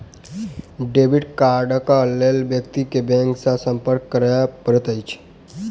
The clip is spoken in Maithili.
डेबिट कार्डक लेल व्यक्ति के बैंक सॅ संपर्क करय पड़ैत अछि